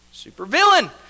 supervillain